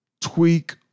tweak